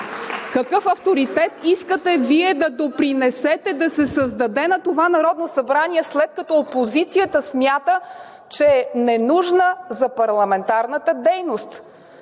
Какъв авторитет искате Вие да допринесете да се създаде на това Народно събрание, след като опозицията смята, че е ненужна за парламентарната дейност?